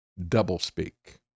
double-speak